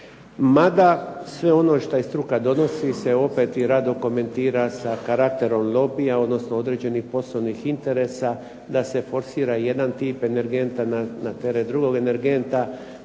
mada sve ono što struka donosi se opet i rado komentira sa karakterom lobija odnosno određenih poslovnih interesa da se forsira jedan tip energenta na teret drugog energenta.